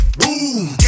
boom